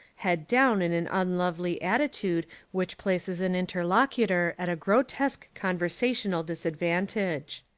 head down in an unlovely attitude which places an interlocutor at a grotesque conversational disadvantage.